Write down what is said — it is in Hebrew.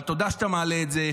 אבל תודה שאתה מעלה את זה.